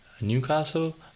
Newcastle